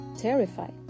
terrified